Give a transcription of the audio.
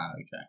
okay